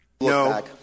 No